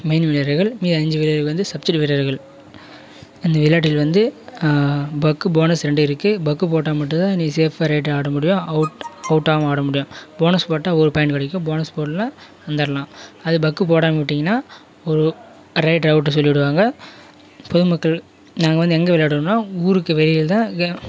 main வீரர்கள் மீதம் அஞ்சுபேரு வந்து சப்சிடி வீரர்கள் இந்த விளையாட்டில் வந்து பக் போனஸ் ரெண்டு இருக்குது பக் போட்டால் மட்டும் தான் நீ ஸேஃபாக ரைட்டாக ஆடமுடியும் அவுட் அவுட்டாகாம ஆடமுடியும் போனஸ் போட்டால் ஒரு பாயிண்ட் கிடைக்கும் போனஸ் போடலேன்னா வந்துடலாம் அதை பக்கு போடாமல் விட்டீங்கனா ஓ ரைட் அவுட்டுன்னு சொல்லிவிடுவாங்க பொது மக்கள் நாங்கள் வந்து எங்கே விளையாடுவோம்னா ஊருக்கு வெளியில்தான் கேம்